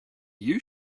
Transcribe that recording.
you